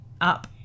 up